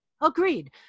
Agreed